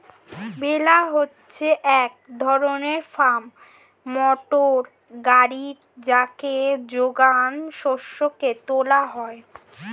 বেলার হচ্ছে এক ধরনের ফার্ম মোটর গাড়ি যাতে যোগান শস্যকে তোলা হয়